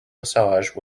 massage